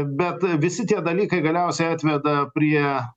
bet visi tie dalykai galiausiai atveda prie